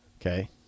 Okay